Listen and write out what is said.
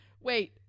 Wait